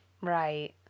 Right